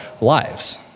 lives